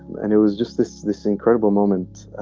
and it was just this this incredible moment